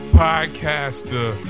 podcaster